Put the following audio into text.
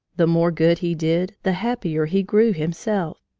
the more good he did, the happier he grew himself.